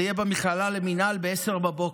זה יהיה במכללה למינהל ב-10:00.